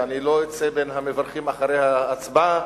שאני לא אצא בין המברכים אחרי ההצבעה,